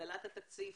הגדלת התקציב,